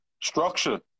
structure